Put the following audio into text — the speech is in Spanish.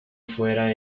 fuera